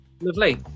Lovely